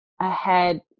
ahead